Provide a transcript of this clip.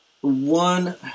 one